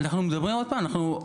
עוד פעם,